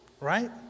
right